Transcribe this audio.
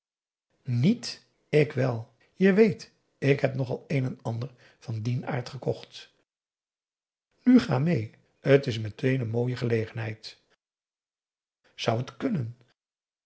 niet ik wel je weet ik heb nogal een en ander van dien aard gekocht nu ga mêe t is meteen n mooie gelegenheid zou het kunnen